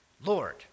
Lord